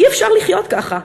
אי-אפשר לחיות ככה.